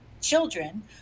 children